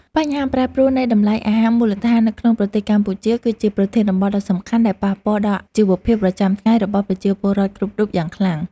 បញ្ហាប្រែប្រួលនៃតម្លៃអាហារមូលដ្ឋាននៅក្នុងប្រទេសកម្ពុជា គឺជាប្រធានបទដ៏សំខាន់ដែលប៉ះពាល់ដល់ជីវភាពប្រចាំថ្ងៃរបស់ប្រជាពលរដ្ឋគ្រប់រូបយ៉ាងខ្លាំង។